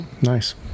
nice